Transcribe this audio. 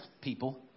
people